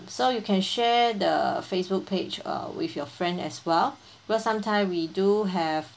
so you can share the Facebook page uh with your friend as well because sometime we do have